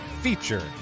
feature